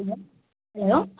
hello hello